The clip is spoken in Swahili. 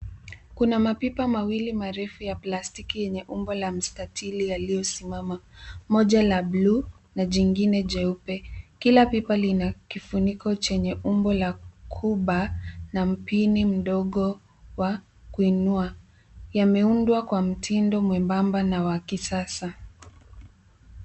Kuna mapipa mawili marefu ya plastiki yenye umbo la mstatili yaliyosimama, moja la bluu na jingine jeupe. Kila pipa lina kufuniko cha umbo la, coober, na mpini mdogo wa kuinua. Yameundwa kwa mtindo mwembamba na wa kisasa.